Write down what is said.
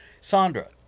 Sandra